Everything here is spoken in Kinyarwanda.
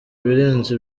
ibirenze